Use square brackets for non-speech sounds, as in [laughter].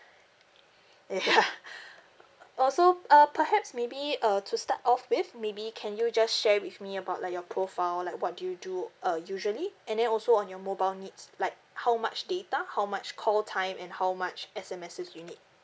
yeah [laughs] [noise] orh so uh perhaps maybe uh to start off with maybe can you just share with me about like your profile like what do you do uh usually and then also on your mobile needs like how much data how much call time and how much S_M_Ss you need